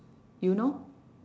you know